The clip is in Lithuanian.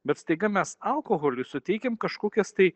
bet staiga mes alkoholiui suteikiam kažkokias tai